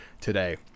today